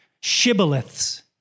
Shibboleths